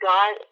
God